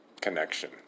connection